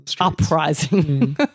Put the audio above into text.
uprising